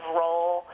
role